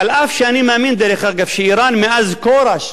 אף שאני מאמין, דרך אגב, שאירן, מאז כורש,